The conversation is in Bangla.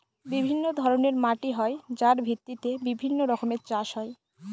বিভিন্ন ধরনের মাটি হয় যার ভিত্তিতে বিভিন্ন রকমের চাষ হয়